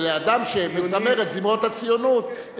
ולאדם שמזמר את זמרות הציונות,